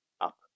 up